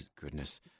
goodness